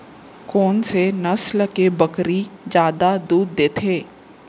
कोन से नस्ल के बकरी जादा दूध देथे